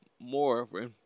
More